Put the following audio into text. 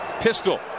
Pistol